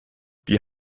die